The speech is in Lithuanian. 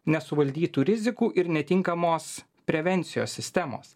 nesuvaldytų rizikų ir netinkamos prevencijos sistemos